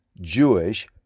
Jewish